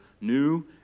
new